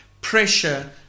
pressure